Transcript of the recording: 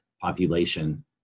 population